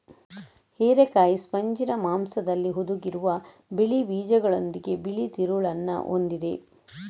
ಹಿರೇಕಾಯಿ ಸ್ಪಂಜಿನ ಮಾಂಸದಲ್ಲಿ ಹುದುಗಿರುವ ಬಿಳಿ ಬೀಜಗಳೊಂದಿಗೆ ಬಿಳಿ ತಿರುಳನ್ನ ಹೊಂದಿದೆ